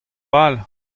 pal